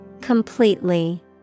Completely